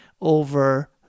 over